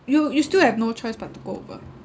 you you still have no choice but to go over